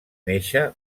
néixer